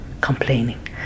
complaining